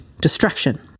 destruction